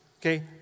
Okay